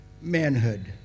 manhood